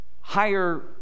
higher